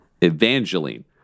Evangeline